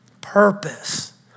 Purpose